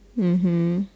mmhmm